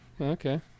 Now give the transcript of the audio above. okay